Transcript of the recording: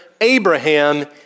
Abraham